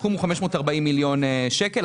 הסכום הוא 540 מיליון שקל.